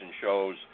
shows